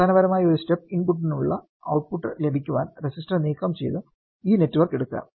അടിസ്ഥാനപരമായി ഒരു സ്റ്റെപ്പ് ഇൻപുട്ടിനുള്ള ഔട്ട്പുട്ട് ലഭിക്കാൻ റെസിസ്റ്റർ നീക്കംചെയ്ത ഈ നെറ്റ്വർക്ക് എടുക്കുക